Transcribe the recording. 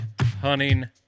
hunting